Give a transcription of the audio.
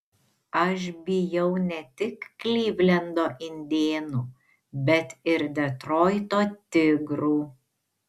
aš bijau ne tik klivlendo indėnų bet ir detroito tigrų